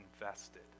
invested